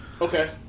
Okay